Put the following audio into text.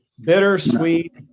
bittersweet